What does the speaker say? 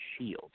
shield